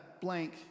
blank